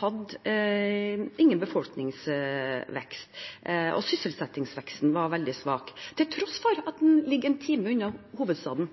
hadde noen befolkningsvekst, og sysselsettingsveksten var veldig svak, til tross for at de ligger en time unna hovedstaden.